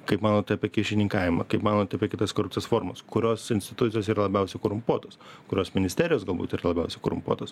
kaip manote apie kyšininkavimą kaip manote apie kitas korupcijos formas kurios institucijos yra labiausiai korumpuotos kurios ministerijos galbūt yra labiausiai korumpuotos